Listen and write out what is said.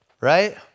right